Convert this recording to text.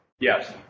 Yes